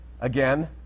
again